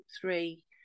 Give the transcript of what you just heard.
three